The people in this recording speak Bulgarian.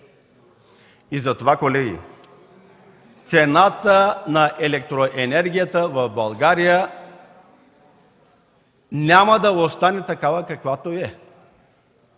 Затова, колеги, цената на електроенергията в България няма да остане такава, каквато е,